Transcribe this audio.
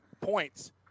points